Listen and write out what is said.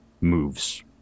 moves